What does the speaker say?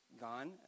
gone